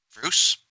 Bruce